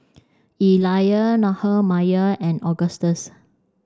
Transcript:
Elia Nehemiah and Augustus